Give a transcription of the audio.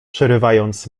przerywając